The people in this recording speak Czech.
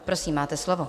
Prosím, máte slovo.